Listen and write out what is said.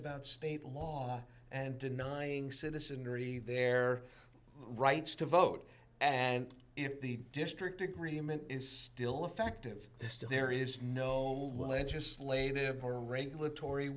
about state law and denying citizenry their rights to vote and if the district agreement is still effective still there is no legislative power regulatory